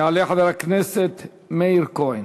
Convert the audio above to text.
יעלה חבר הכנסת מאיר כהן,